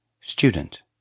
Student